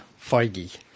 Feige